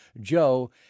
Joe